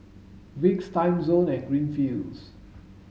Vicks Timezone and Greenfields